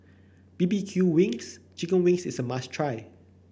B B Q wings Chicken Wings is a must try